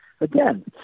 again